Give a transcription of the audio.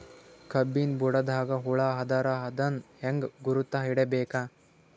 ಕಬ್ಬಿನ್ ಬುಡದಾಗ ಹುಳ ಆದರ ಅದನ್ ಹೆಂಗ್ ಗುರುತ ಹಿಡಿಬೇಕ?